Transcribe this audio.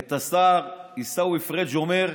את השר עיסאווי פריג' אומר,